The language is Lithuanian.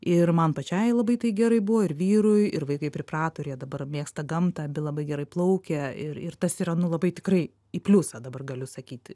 ir man pačiai labai tai gerai buvo ir vyrui ir vaikai priprato ir jie dabar mėgsta gamtą abi labai gerai plaukia ir ir tas yra nu labai tikrai į pliusą dabar galiu sakyt